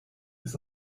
ist